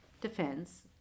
defense